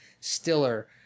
Stiller